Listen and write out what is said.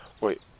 Wait